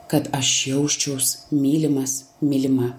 kad aš jausčiaus mylimas mylima